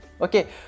Okay